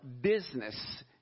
business